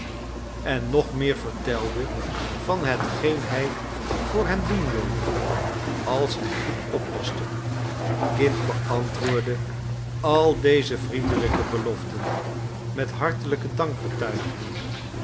en nog meer vertelde van hetgeen hij voor hem doen wilde als hij goed oppaste kit beantwoordde al deze vriendelijke beloften met hartelijke dankbetuigingen